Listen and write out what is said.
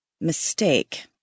Mistake